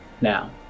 Now